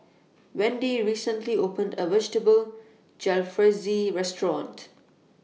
Wendi recently opened A Vegetable Jalfrezi Restaurant